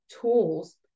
tools